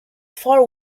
far